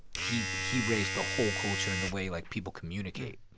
he he raised the whole culture and the way, like, people communicate